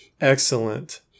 excellent